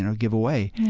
and give away.